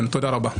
תודה רבה.